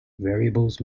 variables